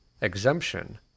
Exemption